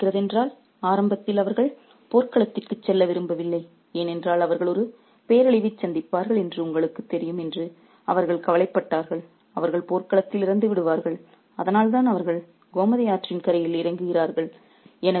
உங்களுக்கு நினைவிருக்கிறதென்றால் ஆரம்பத்தில் அவர்கள் போர்க்களத்திற்கு செல்ல விரும்பவில்லை ஏனென்றால் அவர்கள் ஒரு பேரழிவை சந்திப்பார்கள் என்று உங்களுக்குத் தெரியும் என்று அவர்கள் கவலைப்பட்டார்கள் அவர்கள் போர்க்களத்தில் இறந்துவிடுவார்கள் அதனால்தான் அவர்கள் கோமதி ஆற்றின் கரையில் இறங்குகிறார்கள்